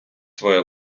своє